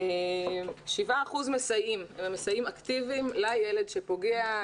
7 אחוזים מסייעים, מסייעים אקטיביים, לילד שפוגע.